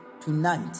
tonight